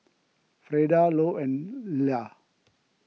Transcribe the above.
Frieda Lou and Ilah